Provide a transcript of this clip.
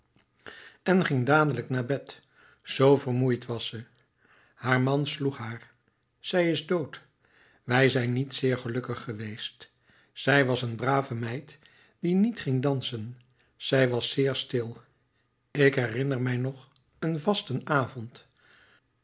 en ging dadelijk naar bed zoo vermoeid was ze haar man sloeg haar zij is dood wij zijn niet zeer gelukkig geweest zij was een brave meid die niet ging dansen zij was zeer stil ik herinner mij nog een vastenavond